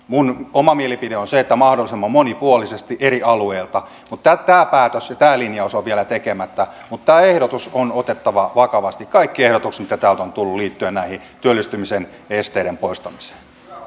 minun oma mielipiteeni on se että valitaan mahdollisimman monipuolisesti eri alueilta mutta tämä tämä päätös ja tämä linjaus ovat vielä tekemättä mutta on otettava vakavasti tämä ehdotus ja kaikki ehdotukset mitkä täältä ovat tulleet liittyen näiden työllistymisen esteiden poistamiseen